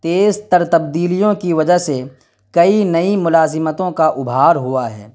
تیزتر تبدیلیوں کی وجہ سے کئی نئی ملازمتوں کا ابھار ہوا ہے